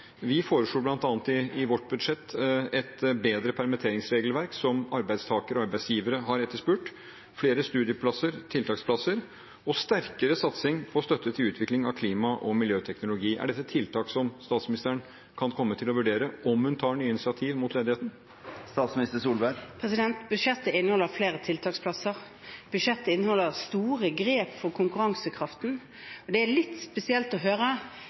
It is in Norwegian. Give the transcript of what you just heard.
Vi foreslo bl.a. i vårt budsjett et bedre permitteringsregelverk, som arbeidstakere og arbeidsgivere har etterspurt. Dessuten: flere studieplasser, tiltaksplasser og sterkere satsing på støtte til utvikling av klima- og miljøteknologi. Er dette tiltak som statsministeren kan komme til å vurdere om hun tar nye initiativ mot ledigheten? Budsjettet inneholder flere tiltaksplasser. Budsjettet inneholder store grep for konkurransekraften. Det er litt spesielt å høre